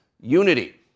Unity